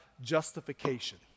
justification